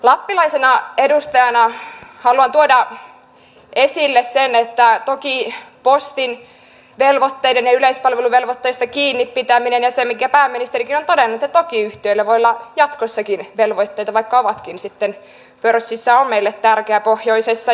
lappilaisena edustajana haluan tuoda esille sen että toki postin velvoitteista ja yleispalveluvelvoitteista kiinni pitäminen ja se minkä pääministerikin on todennut että toki yhtiöillä voi olla jatkossakin velvoitteita vaikka ovatkin sitten pörssissä on meille tärkeää pohjoisessa